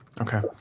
Okay